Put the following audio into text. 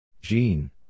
Jean